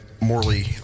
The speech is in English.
Morley